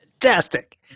Fantastic